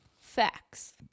facts